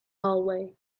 hallway